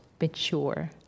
mature